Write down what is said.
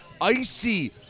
icy